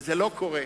וזה לא קורה.